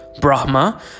Brahma